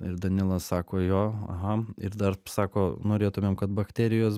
ir danilas sako jo aha ir dar sako norėtumėm kad bakterijos